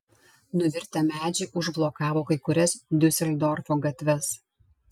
nuvirtę medžiai užblokavo kai kurias diuseldorfo gatves